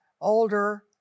older